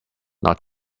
not